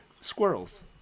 squirrels